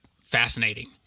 fascinating